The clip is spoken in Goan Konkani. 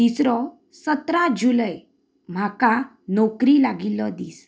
तिसरो सतरा जुलय म्हाका नोकरी लागिल्लो दीस